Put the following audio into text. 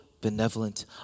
benevolent